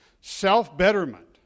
self-betterment